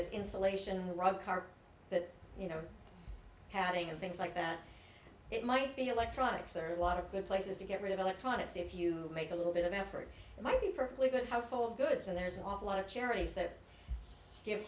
as insulation who run a car that you know padding and things like that it might be electronics or a lot of good places to get rid of electronics if you make a little bit of effort and might be perfectly good household goods and there's an awful lot of charities that